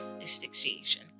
asphyxiation